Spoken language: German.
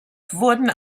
wurden